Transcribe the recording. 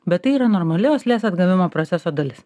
bet tai yra normali uoslės atgavimo proceso dalis